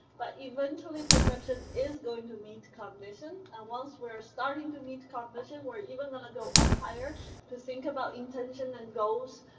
but eventually perception is going to meet cognition. and once we are starting to meet cognition we're even going to go up higher to think about intention and goals,